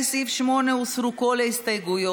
לסעיף 8 הוסרו כל ההסתייגויות,